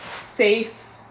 safe